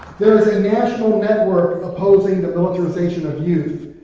there's a national network opposing the militarization of youth,